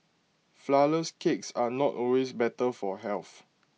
Flourless Cakes are not always better for health